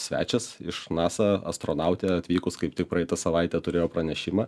svečias iš nasa astronautė atvykus kaip tik praeitą savaitę turėjo pranešimą